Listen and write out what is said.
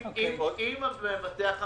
אם מבטח המשנה,